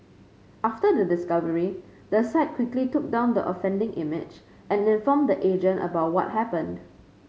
after the discovery the site quickly took down the offending image and informed the agent about what happened